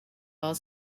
are